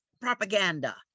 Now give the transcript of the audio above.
propaganda